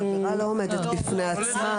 העבירה לא עומדת בפני עצמה.